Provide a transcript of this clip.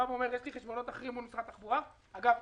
אומר: יש לי חשבונות אחרים מול משרד התחבורה אגב,